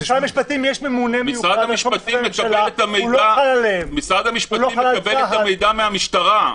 משרד המשפטים מקבל את המידע מהמשטרה.